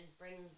bring